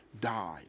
died